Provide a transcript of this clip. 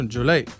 July